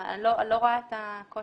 אני לא רואה את הקושי.